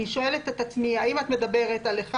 אני שואלת את עצמי האם את מדברת על אחד